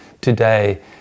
today